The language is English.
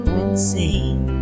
insane